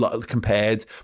compared